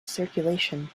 circulation